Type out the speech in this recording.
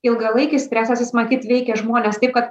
ilgalaikis stresas jis matyt veikia žmones taip kad